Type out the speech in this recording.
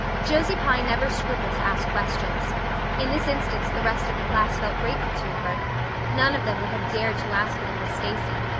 josie pye never scrupled to ask questions in this instance the rest of the class felt grateful to her none of them would have dared to ask it of miss stacy,